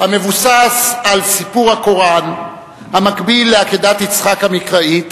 המבוסס על סיפור הקוראן המקביל לעקדת יצחק המקראית,